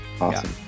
awesome